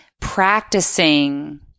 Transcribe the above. practicing